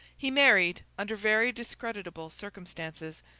he married, under very discreditable circumstances,